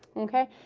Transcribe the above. okay?